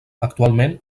actualment